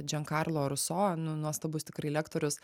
džiankarlo ruso nu nuostabus tikrai lektorius